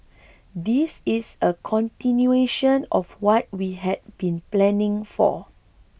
this is a continuation of what we had been planning for